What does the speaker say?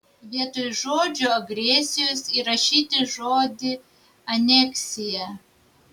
vietoj žodžio agresijos įrašyti žodį aneksija